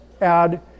add